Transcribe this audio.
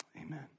amen